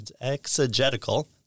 exegetical